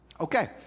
Okay